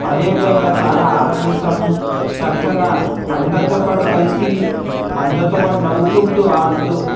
అదే విధంగా చాలా ఆనందిస్తాము చక్కగా అందరితో పాటు కలిసి అందరితోపాటు నవ్వుకుంటూ ఆడుతూ